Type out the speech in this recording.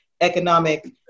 economic